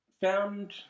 found